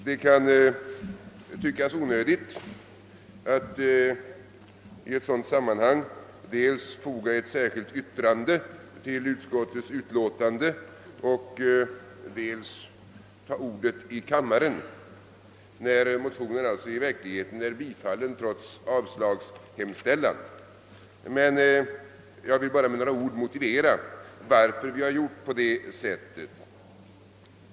Det kan tyckas onödigt att i ett sådant sammanhang dels foga ett särskilt yttrande till utskottets utlåtande, dels ta till orda i kammaren när motionen alltså i verkligheten är tillstyrkt trots avslagshemställan, men jag vill bara med några ord motivera varför vi har gjort på detta sätt.